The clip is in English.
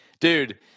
dude